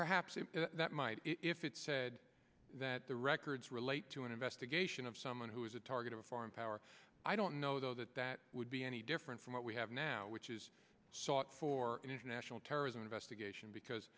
perhaps that might if it's said that the records relate to an investigation of someone who is a target of a foreign power i don't know that that would be any different from what we have now which is sought for an international terrorism investigation because